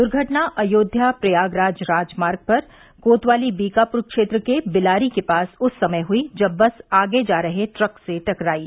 दुर्घटना अयोध्या प्रयागराज राजमार्ग पर कोतवाली बीकापुर क्षेत्र के बिलारी के पास उस समय हुई जब बस आगे जा रहे ट्रक से जा टकरायी